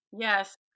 yes